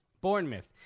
Bournemouth